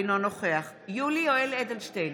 אינו נוכח יולי יואל אדלשטיין,